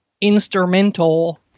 instrumental